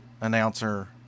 announcer